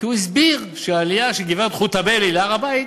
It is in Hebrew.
כי הוא הסביר שהעלייה של גברת חוטובלי להר-הבית